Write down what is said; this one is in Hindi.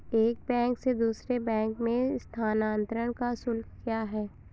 एक बैंक से दूसरे बैंक में स्थानांतरण का शुल्क क्या है?